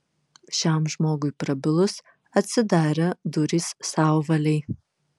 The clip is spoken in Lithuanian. šiam žmogui prabilus atsidarė durys sauvalei